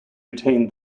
retained